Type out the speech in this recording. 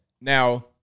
now